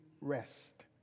rest